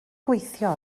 gweithio